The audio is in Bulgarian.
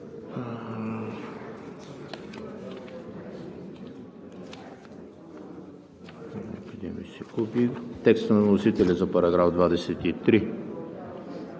текста на вносителя за параграфи 33,